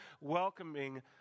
welcoming